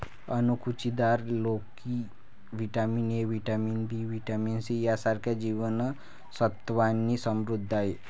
अणकुचीदार लोकी vitamin A, vitamin B, vitamin C यांसारख्या जीवन सत्त्वांनी समृद्ध आहे